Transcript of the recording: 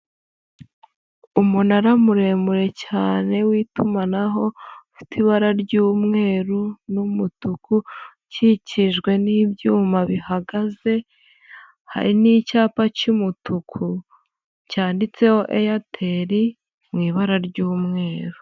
Umunara muremure cyane w'itumanaho, ufite ibara ry'umweru n'umutuku, ukikijwe n'ibyuma bihagaze, hari n'icyapa cy'umutuku cyanditseho AIRTEL mu ibara ry'umweru.